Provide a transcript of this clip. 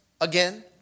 again